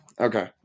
Okay